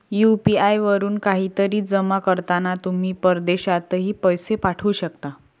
UPI वरून काहीतरी जमा करताना तुम्ही परदेशातही पैसे पाठवू शकता